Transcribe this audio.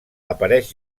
apareix